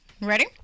ready